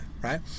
right